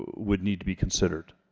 would need to be considered